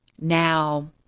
now